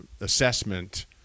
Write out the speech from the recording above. assessment